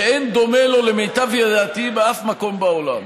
שאין דומה לו, למיטב ידיעתי, בשום מקום בעולם,